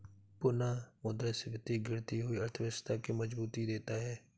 पुनःमुद्रस्फीति गिरती हुई अर्थव्यवस्था के मजबूती देता है